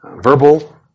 verbal